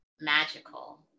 magical